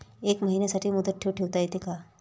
एका महिन्यासाठी मुदत ठेव ठेवता येते का?